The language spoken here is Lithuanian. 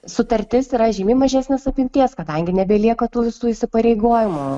sutartis yra žymiai mažesnės apimties kadangi nebelieka tų visų įsipareigojimų